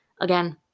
Again